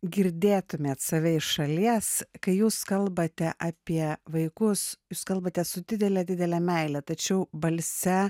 girdėtumėt save iš šalies kai jūs kalbate apie vaikus jūs kalbate su didele didele meile tačiau balse